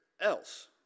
else